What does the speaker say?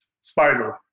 Spider